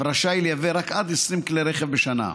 ורשאי לייבא רק עד 20 כלי רכב בשנה.